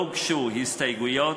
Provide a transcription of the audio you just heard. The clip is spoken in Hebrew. לא הוגשו הסתייגויות,